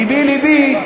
לבי לבי,